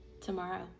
tomorrow